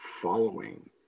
following